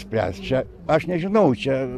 spręs čia aš nežinau čia